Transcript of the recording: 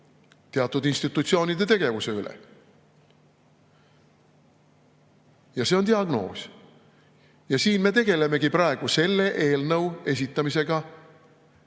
teatud institutsioonide tegevuse üle. Ja see on diagnoos. Ja siin me tegelemegi praegu seda eelnõu esitades